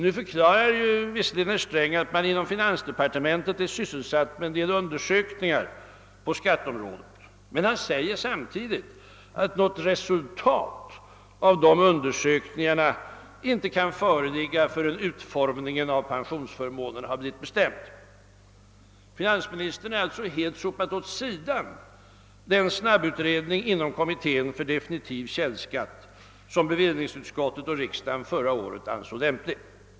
Nu förklarar visserligen herr Sträng att man inom finansdepartementet är sysselsatt med en del undersökningar på skatteområdet, men han säger sam tidigt att något resultat av dessa undersökningar inte kan föreligga förrän utformningen av pensionsförmånerna har blivit bestämd. Finansministern har alltså helt sopat åt sidan den snabbutredning inom kommittén för definitiv källskatt som bevillningsutskottet och riksdagen förra året ansåg lämplig.